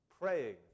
praying